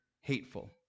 hateful